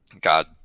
God